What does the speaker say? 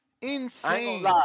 Insane